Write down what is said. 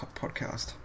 podcast